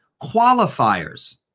qualifiers